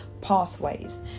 pathways